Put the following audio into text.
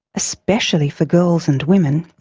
especially for girls and women,